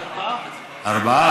ארבעה.